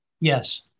Yes